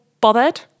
bothered